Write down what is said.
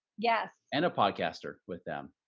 yes. and a podcaster with them.